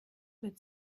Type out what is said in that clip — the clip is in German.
wird